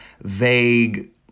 vague